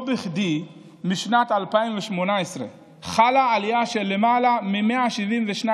לא בכדי משנת 2018 חלה עלייה של למעלה מ-172%